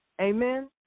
Amen